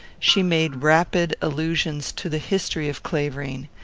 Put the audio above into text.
she made rapid allusions to the history of clavering.